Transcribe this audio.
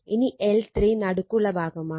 ഇനി L3 നടുക്കുള്ള ഭാഗമാണ്